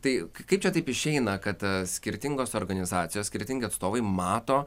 tai kaip čia taip išeina kad skirtingos organizacijos skirtingi atstovai mato